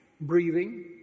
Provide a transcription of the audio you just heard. breathing